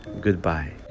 goodbye